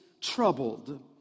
troubled